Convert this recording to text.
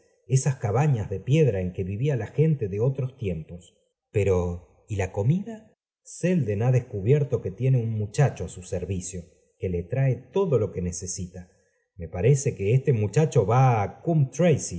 esas cabañas de piedra en que vívía k gente de otros cr y y la comida selden ha descubierto que tiene un muohicho a su servicio que le trae todo lo que necesita me parece que este muchacho va